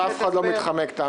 אף אחד לא מתחמק, תאמין לי.